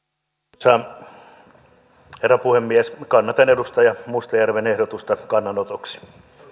arvoisa herra puhemies kannatan edustaja mustajärven ehdotusta kannanotoksi